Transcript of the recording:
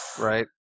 Right